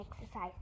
exercise